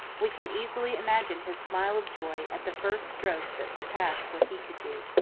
we can easily imagine his smile of joy at the first stroke that surpassed what he could do.